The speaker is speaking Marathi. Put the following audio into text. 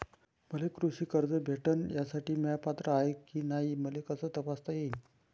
मले कृषी कर्ज भेटन यासाठी म्या पात्र हाय की नाय मले कस तपासता येईन?